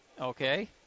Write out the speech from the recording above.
Okay